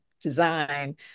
design